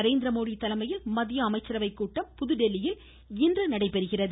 நரேந்திர மோடி தலைமையில் மத்திய அமைச்சரவை கூட்டம் புதுதில்லியில் இன்று நடைபெறுகிறது